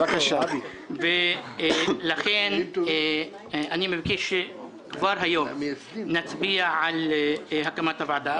אני מבקש כבר היום שנצביע על הקמת הוועדה.